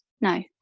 no